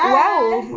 hi